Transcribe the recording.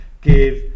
give